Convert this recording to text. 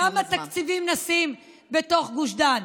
כמה תקציבים נשים בתוך גוש דן?